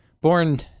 born